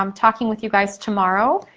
um talking with you guys tomorrow.